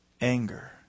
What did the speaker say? anger